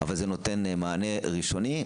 אבל זה נותן מענה ראשוני,